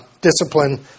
discipline